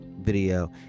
video